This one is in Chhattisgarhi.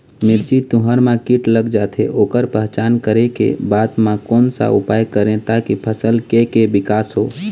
मिर्ची, तुंहर मा कीट लग जाथे ओकर पहचान करें के बाद मा कोन सा उपाय करें ताकि फसल के के विकास हो?